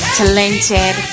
talented